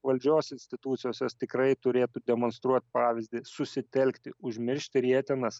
valdžios institucijos jos tikrai turėtų demonstruot pavyzdį susitelkti užmiršti rietenas